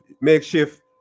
makeshift